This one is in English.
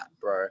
bro